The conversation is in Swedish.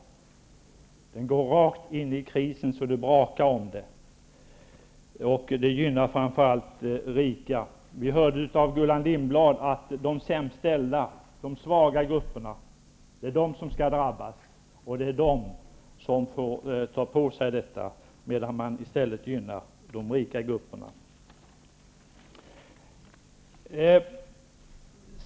Den går rakt in i krisen så det brakar om det. Det gynnar framför allt rika. Vi hörde av Gullan Lindblad att det är de sämst ställda, de svaga grupperna som skall drabbas. De får ta på sig detta, medan man i stället gynnar de rika grupperna.